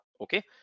okay